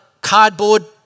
cardboard